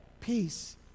peace